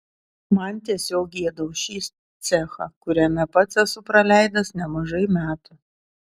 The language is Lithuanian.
man tiesiog gėda už šį cechą kuriame pats esu praleidęs nemažai metų